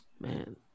man